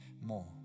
more